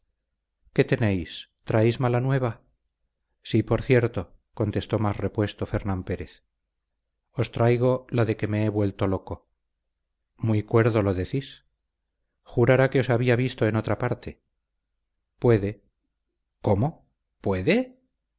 qué tenéis traéis mala nueva sí por cierto contestó más repuesto fernán pérez os traigo la de que me he vuelto loco muy cuerdo lo decís jurara que os había visto en otra parte puede cómo puede